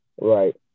Right